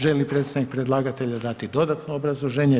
Želi li predstavnik predlagatelja dati dodatno obrazloženje?